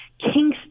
Kingston